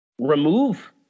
remove